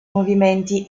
movimenti